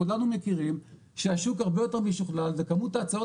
כולנו מכירים שהשוק הרבה יותר משוכלל וכמות הצעות